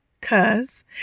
Cause